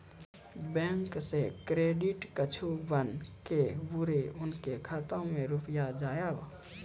Bank से credit card बन के बुरे उनके खाता मे रुपिया जाएब?